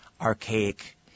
archaic